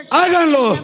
háganlo